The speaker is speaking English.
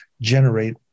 generate